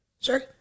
Sure